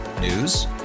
News